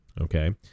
Okay